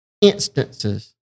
instances